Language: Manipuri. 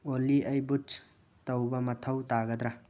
ꯑꯣꯂꯤ ꯑꯩ ꯕꯨꯠꯁ ꯇꯧꯕ ꯃꯊꯧ ꯇꯥꯒꯗ꯭ꯔꯥ